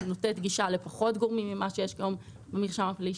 היא נותנת גישה למידע הזה לפחות גורמים ממה יש כיום במרשם הפלילי,